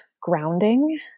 grounding